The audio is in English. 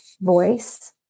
voice